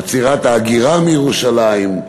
עצירת ההגירה מירושלים.